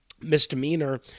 misdemeanor